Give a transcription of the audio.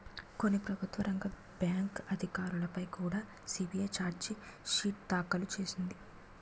కొన్ని ప్రభుత్వ రంగ బ్యాంకు అధికారులపై కుడా సి.బి.ఐ చార్జి షీటు దాఖలు చేసింది